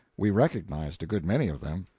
we recognized a good many of them.